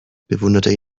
bewunderte